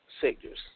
sectors